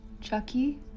Chucky